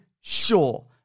sure